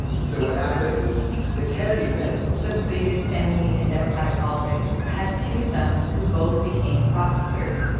so what happens is the kennedy family. the biggest family in democratic politics had two sons who both became prosecutors,